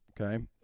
okay